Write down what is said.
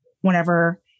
whenever